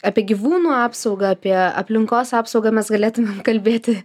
apie gyvūnų apsaugą apie aplinkos apsaugą mes galėtume kalbėti